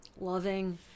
loving